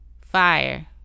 Fire